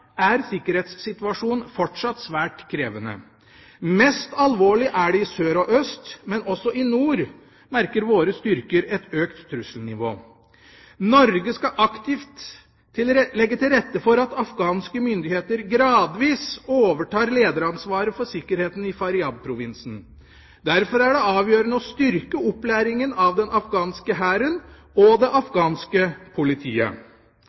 er sikkerhetssituasjonen fortsatt svært krevende. Mest alvorlig er det i sør og øst, men også i nord merker våre styrker et økt trusselnivå. Norge skal aktivt legge til rette for at afghanske myndigheter gradvis overtar lederansvaret for sikkerheten i Faryab-provinsen. Derfor er det avgjørende å styrke opplæringen av den afghanske hæren og det afghanske politiet.